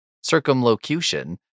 circumlocution